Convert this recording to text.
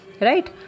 Right